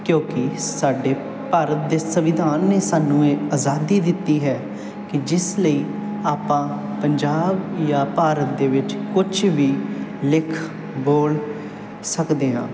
ਕਿਉਂਕਿ ਸਾਡੇ ਭਾਰਤ ਦੇ ਸੰਵਿਧਾਨ ਨੇ ਸਾਨੂੰ ਇਹ ਆਜ਼ਾਦੀ ਦਿੱਤੀ ਹੈ ਕਿ ਜਿਸ ਲਈ ਆਪਾਂ ਪੰਜਾਬ ਜਾਂ ਭਾਰਤ ਦੇ ਵਿੱਚ ਕੁਛ ਵੀ ਲਿਖ ਬੋਲ ਸਕਦੇ ਹਾਂ